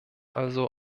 also